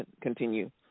continue